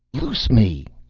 loose me!